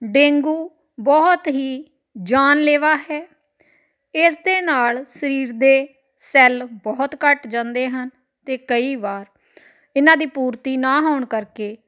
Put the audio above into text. dengue ਬਹੁਤ ਹੀ ਜਾਨਲੇਵਾ ਹੈ ਇਸ ਦੇ ਨਾਲ ਸਰੀਰ ਦੇ ਸੈੱਲ ਬਹੁਤ ਘੱਟ ਜਾਂਦੇ ਹਨ ਅਤੇ ਕਈ ਵਾਰ ਇਹਨਾਂ ਦੀ ਪੂਰਤੀ ਨਾ ਹੋਣ ਕਰਕੇ